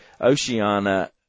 Oceania